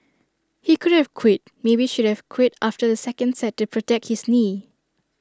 he could have quit maybe should have quit after the second set to protect his knee